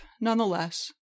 nonetheless